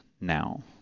now